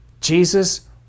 Jesus